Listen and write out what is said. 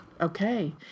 Okay